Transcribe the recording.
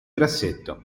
grassetto